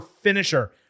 finisher